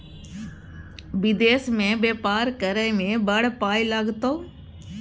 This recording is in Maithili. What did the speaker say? विदेश मे बेपार करय मे बड़ पाय लागतौ